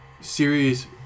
series